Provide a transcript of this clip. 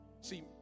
See